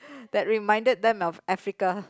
that reminded them of Africa